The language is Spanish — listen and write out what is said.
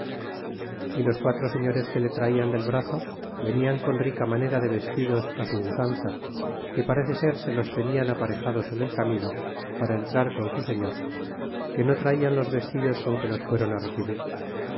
ellas los quatro señores que le traian del brazo venian con rica manera de vestidos á su usanza que parece ser se los tenian aparejados en el camino para entrar con su señor que no traían los vestidos con que nos fueron á recibir